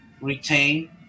retain